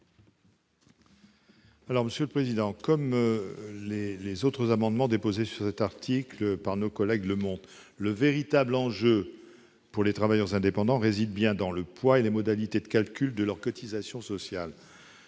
le rapporteur général. Comme le montrent les amendements déposés sur cet article par nos collègues, le véritable enjeu pour les travailleurs indépendants réside bien dans le poids et les modalités de calcul de leurs cotisations sociales.